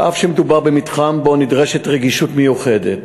אף שמדובר במתחם שבו נדרשת רגישות מיוחדת,